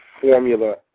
formula